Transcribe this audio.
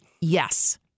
Yes